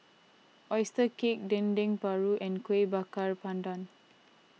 Oyster Cake Dendeng Paru and Kueh Bakar Pandan